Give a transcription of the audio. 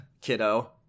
kiddo